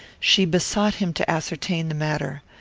she besought him to ascertain the matter.